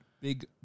big